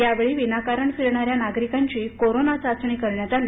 यावेळी विनाकारण फिरणाऱ्या नागरिकांची कोरोना चाचणी करण्यात आली